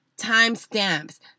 timestamps